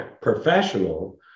professional